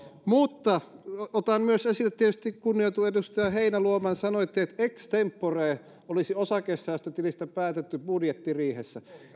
mutta otan myös esille tietysti kunnioitetun edustaja heinäluoman sanoitte että ex tempore olisi osakesäästötilistä päätetty budjettiriihessä